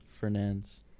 Fernandes